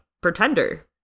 pretender